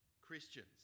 Christians